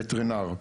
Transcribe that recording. הווטרינר.